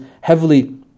heavily